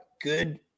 good